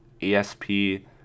ESP